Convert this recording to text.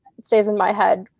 it stays in my head.